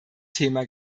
thema